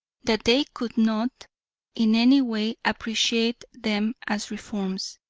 that they could not in any way appreciate them as reforms,